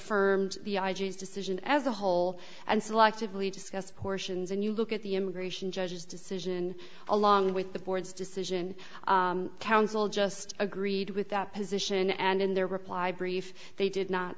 id's decision as a whole and selectively discussed portions and you look at the immigration judge's decision along with the board's decision counsel just agreed with that position and in their reply brief they did not